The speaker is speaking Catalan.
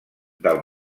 del